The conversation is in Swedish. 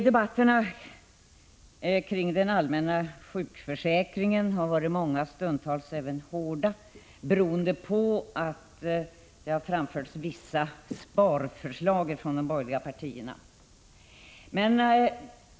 Debatterna kring den allmänna sjukförsäkringen har varit många, stundtals även hårda — beroende på att vissa sparförslag har framförts från de borgerliga partierna.